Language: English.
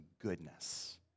goodness